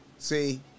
see